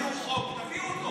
אתם אמרתם שתביאו חוק, תביאו אותו.